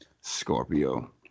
Scorpio